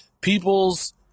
People's